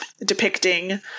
depicting